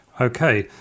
Okay